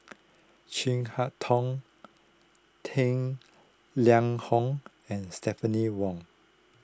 Chin Harn Tong Tang Liang Hong and Stephanie Wong